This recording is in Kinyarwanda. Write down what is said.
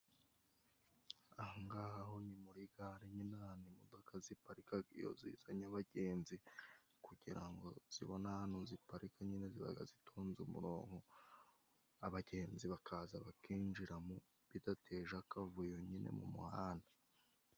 Ahangahaho ni muri gare nyine ahantu imodoka ziparirikaga, iyo zizanye abagenzi kugira ngo zibone ahantu ziparirika nyine zibaga zitonze umurongoko, abagenzi bakaza bakinjiramo, bidateje akavuyo nyine mu muhanda.